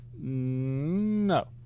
No